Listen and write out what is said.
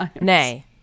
nay